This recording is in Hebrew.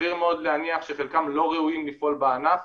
סביר מאוד להניח שחלקם לא ראויים לפעול בענף,